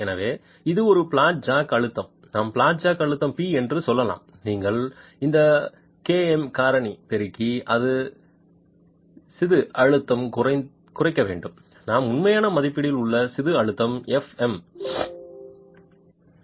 எனவே அது ஒரு பிளாட் ஜாக் அழுத்தம் நாம் பிளாட் ஜாக் அழுத்தம் p என்று சொல்லலாம் நீங்கள் இந்த kmகாரணி பெருக்கி அது சிது அழுத்தம் குறைக்க வேண்டும் நாம் உண்மையான மதிப்பீடு உள்ள சிது அழுத்தம் f m